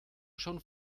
schon